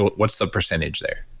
what's the percentage there?